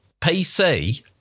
PC